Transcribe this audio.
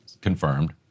confirmed